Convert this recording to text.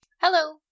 Hello